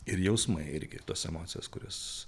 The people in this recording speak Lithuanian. ir jausmai irgi tos emocijos kurias